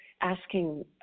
asking